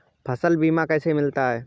फसल बीमा कैसे मिलता है?